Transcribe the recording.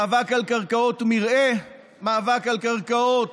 מאבק על קרקעות מרעה, מאבק על קרקעות